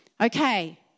Okay